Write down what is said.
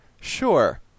Sure